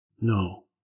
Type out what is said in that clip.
No